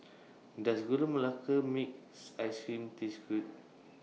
Does Gula Melaka Makes Ice Cream Taste Good